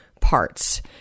parts